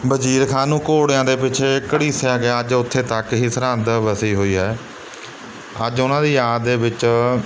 ਵਜ਼ੀਰ ਖਾਂ ਨੂੰ ਘੋੜਿਆਂ ਦੇ ਪਿੱਛੇ ਘੜੀਸਿਆ ਗਿਆ ਅੱਜ ਉੱਥੇ ਤੱਕ ਹੀ ਸਰਹੰਦ ਵਸੀ ਹੋਈ ਹੈ ਅੱਜ ਉਹਨਾਂ ਦੀ ਯਾਦ ਦੇ ਵਿੱਚ